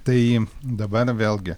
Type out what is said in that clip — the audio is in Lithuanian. tai dabar vėlgi